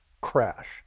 crash